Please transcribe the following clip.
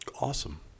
Awesome